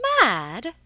Mad